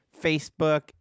Facebook